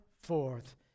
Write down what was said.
forth